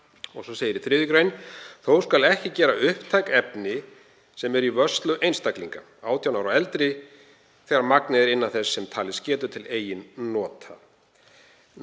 Og svo segir í 3. gr.: „Þó skal ekki gera upptæk efni sem eru í vörslu einstaklinga 18 ára og eldri þegar magnið er innan þess sem talist getur til eigin nota